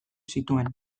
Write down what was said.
zituen